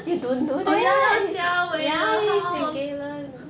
oh ya sia wei 的 house